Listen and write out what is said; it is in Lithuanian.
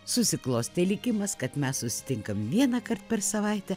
susiklostė likimas kad mes susitinkam vieną kart per savaitę